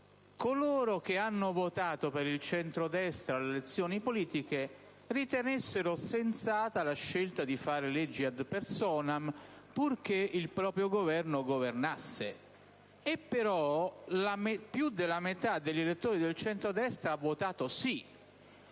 coloro che hanno votato per il centrodestra alle elezioni politiche ritenessero sensata la scelta di fare leggi *ad personam*, purché il proprio Governo governasse. Però, più della metà degli elettori del centrodestra ha votato sì: